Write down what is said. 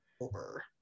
Over